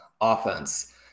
offense